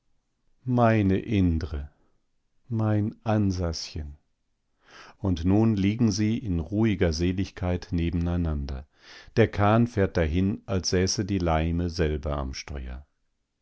meine indre mein ansaschen und nun liegen sie in ruhiger seligkeit nebeneinander der kahn fährt dahin als säße die laime selber am steuer